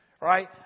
right